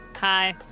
Hi